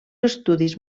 estudis